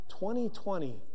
2020